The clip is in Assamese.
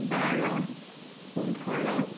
বাৰ পোন্ধৰ